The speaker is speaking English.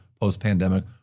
post-pandemic